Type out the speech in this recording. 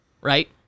right